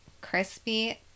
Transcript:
Crispy